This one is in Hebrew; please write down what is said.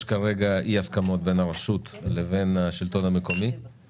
יש כרגע אי הסכמות בין הרשות לבין השלטון המקומי.